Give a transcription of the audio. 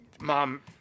mom